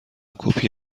کپی